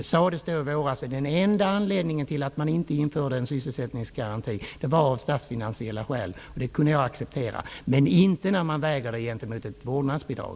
Det sades ju i våras att den enda anledningen till att man inte införde en sysselsättningsgaranti var statsfinanserna. Det kunde jag acceptera. Men jag kan inte acceptera detta när man väger det hela mot ett vårdnadsbidrag.